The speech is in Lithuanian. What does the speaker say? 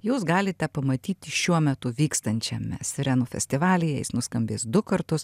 jūs galite pamatyti šiuo metu vykstančiame sirenų festivalyje jis nuskambės du kartus